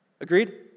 Agreed